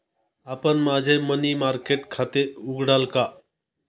आपण माझे money market खाते उघडाल का?